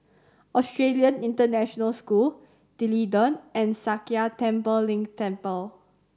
Australian International School D'Leedon and Sakya Tenphel Ling Temple